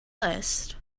list